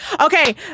Okay